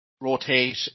rotate